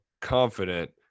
confident